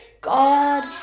God